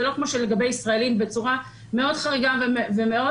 זה לא כמו שלישראלים בצורה מאוד חריגה ומאוד